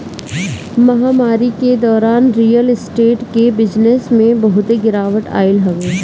महामारी के दौरान रियल स्टेट के बिजनेस में बहुते गिरावट आइल हवे